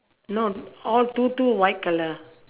no all two two white colour